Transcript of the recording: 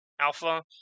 alpha